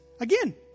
again